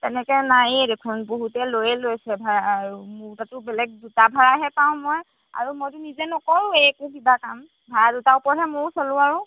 তেনেকৈ নায়েই দেখোন বহুতে লৈয়ে লৈছে ভাড়া আৰু মোৰ তাতো বেলেগ দুটা ভাড়াহে পাওঁ মই আৰু মইতো নিজে নকৰোঁ এইটো কিবা কাম ভাড়া দুটা ওপৰতহে ময়ো চলোঁ আৰু